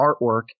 artwork